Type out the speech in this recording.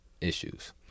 issues